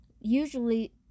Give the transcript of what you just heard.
usually